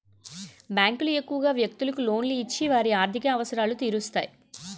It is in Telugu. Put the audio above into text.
బ్యాంకులు ఎక్కువగా వ్యక్తులకు లోన్లు ఇచ్చి వారి ఆర్థిక అవసరాలు తీరుస్తాయి